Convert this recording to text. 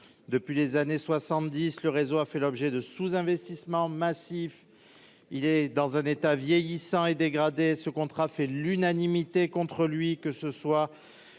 Depuis les années 1970, le réseau a fait l'objet de sous-investissements massifs ; il est dans un état vieillissant et dégradé. Ce contrat fait l'unanimité contre lui, que ce soit